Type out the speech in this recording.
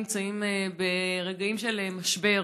נמצאים ברגעים של משבר,